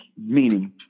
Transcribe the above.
Meaning